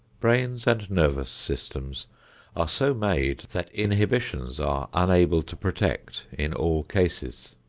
brains and nervous systems are so made, that inhibitions are unable to protect in all cases.